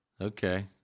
Okay